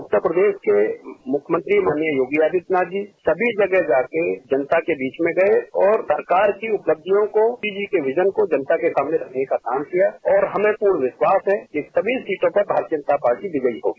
उत्तर प्रदेश के मुख्यमंत्री माननीय योगी आदित्यनाथ जी सभी जगह जाके जनता के बीच में गये और सरकार की उपलब्धियों को मादी जी के मिशन को जनता के सामने रखने का काम किया और हमें पूर्ण विश्वास है कि सभी सीटो ंपर भारतीय जनता पार्टी विजयी होगी